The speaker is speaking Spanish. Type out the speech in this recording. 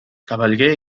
cabalgué